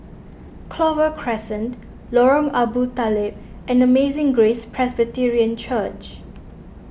Clover Crescent Lorong Abu Talib and Amazing Grace Presbyterian Church